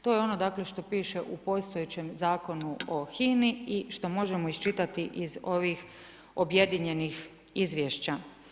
To je ono što piše u postojećem Zakonu o HINA-i i što možemo iščitati iz ovih objedinjenih izvješća.